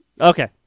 Okay